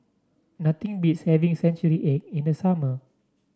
nothing beats having Century Egg in the summer